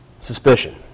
suspicion